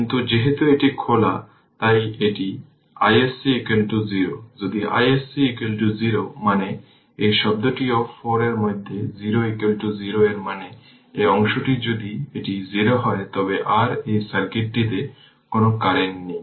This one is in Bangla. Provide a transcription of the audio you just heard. কিন্তু যেহেতু এটি খোলা তাই এই iSC 0 যদি iSC 0 মানে এই শব্দটিও 4 এর মধ্যে 0 0 এর মানে এই অংশটি যদি এটি 0 হয় তবে r এই সার্কিটটিতে কোন কারেন্ট নেই